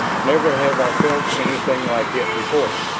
never have i felt anything like it before!